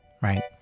right